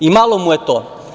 I malo mu je to.